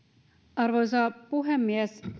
arvoisa puhemies